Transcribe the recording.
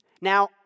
Now